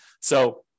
So-